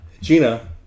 Gina